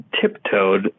tiptoed